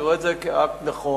אני רואה את זה כאקט נכון.